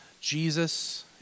Jesus